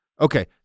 Okay